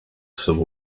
civil